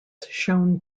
shown